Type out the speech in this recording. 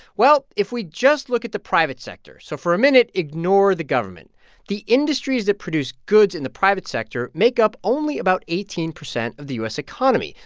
well, if we just look at the private sector so for a minute, ignore the government the industries that produce goods in the private sector make up only about eighteen percent of the u s. economy.